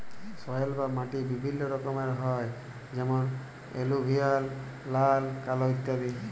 soil বা মাটি বিভিল্য রকমের হ্যয় যেমন এলুভিয়াল, লাল, কাল ইত্যাদি